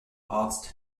arzt